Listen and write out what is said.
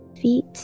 feet